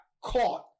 caught